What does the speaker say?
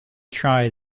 try